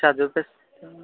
చదివిస్తామండీ